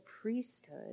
priesthood